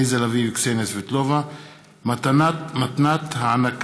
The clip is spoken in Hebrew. עליזה לביא וקסניה סבטלובה בנושא: שיטת חישוב שווי השימוש ברכב